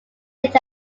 late